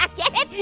um get it,